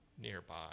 nearby